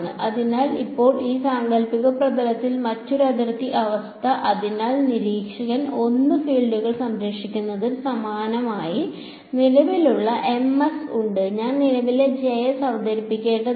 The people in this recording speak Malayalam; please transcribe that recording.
അതിനാൽ ഇപ്പോൾ ഈ സാങ്കൽപ്പിക പ്രതലത്തിൽ മറ്റൊരു അതിർത്തി അവസ്ഥ അതിനാൽ നിരീക്ഷകൻ 1 ഫീൽഡുകൾ സംരക്ഷിക്കുന്നതിന് സമാനമായി നിലവിലുള്ള Ms ഉണ്ട് ഞാൻ നിലവിലെ Js അവതരിപ്പിക്കേണ്ടതുണ്ട്